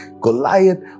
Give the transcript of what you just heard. Goliath